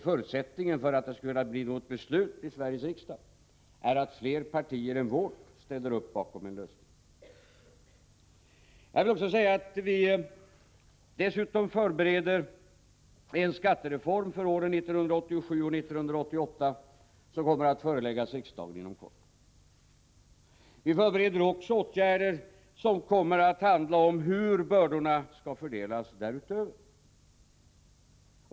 Förutsättningen för att det skall kunna bli något beslut i Sveriges riksdag är att fler partier än vårt ställer upp bakom en lösning. Jag vill också säga att vi dessutom förbereder en skattereform för åren 1987 och 1988, som kommer att föreläggas riksdagen inom kort. Vi förbereder också åtgärder som kommer att handla om hur bördorna skall fördelas därutöver.